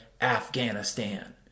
Afghanistan